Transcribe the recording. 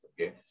okay